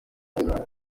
congo